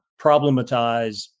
problematize